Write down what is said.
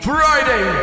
Friday